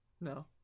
No